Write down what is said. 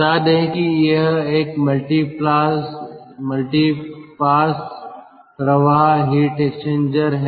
बता दें कि यह एक मल्टी पास प्रवाह हीट एक्सचेंजर है